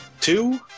Two